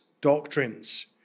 doctrines